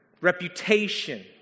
reputation